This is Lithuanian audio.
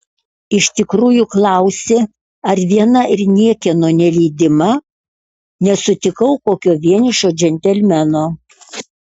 iš tikrųjų klausi ar viena ir niekieno nelydima nesutikau kokio vienišo džentelmeno